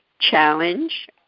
challenge